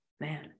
man